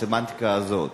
הסמנטיקה הזאת,